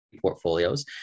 portfolios